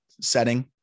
setting